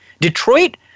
Detroit